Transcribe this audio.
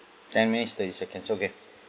ten minutes thirty seconds okay